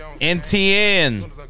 NTN